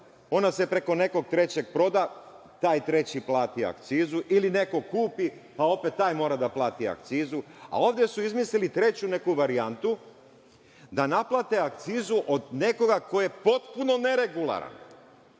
ona se preko nekog trećeg proda, taj treći plati akcizu ili neko kupi, pa opet taj mora da plati akcizu, a ovde su izmislili treću neku varijantu, da naplate akcizu od nekoga ko je potpuno neregularan.